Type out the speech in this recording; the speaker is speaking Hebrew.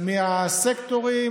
השוויון,